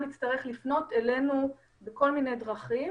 מודעים ונמצאים מבחינתנו במודעות מלאה למטלות האדירות שמונחות על כתפנו.